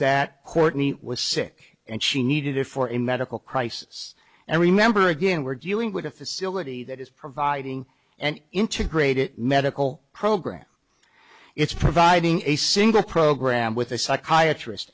that courtney was sick and she needed her for a medical crisis and remember again we're dealing with a facility that is providing an integrated medical program it's providing a single program with a psychiatrist